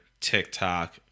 tiktok